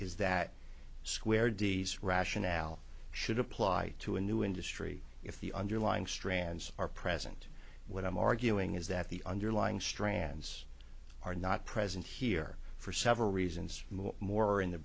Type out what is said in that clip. is that square d s rationale should apply to a new industry if the underlying strands are present what i'm arguing is that the underlying strands are not present here for several reasons more